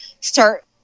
start